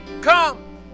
Come